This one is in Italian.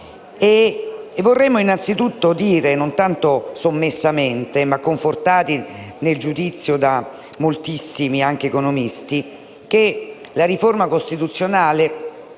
Vorremmo innanzi tutto dire non tanto sommessamente, perché confortati nel giudizio anche da moltissimi economisti, che la riforma costituzionale